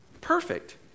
Perfect